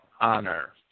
honor